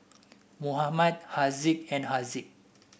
Muhammad Haziq and Haziq